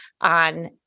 on